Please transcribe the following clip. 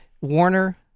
Warner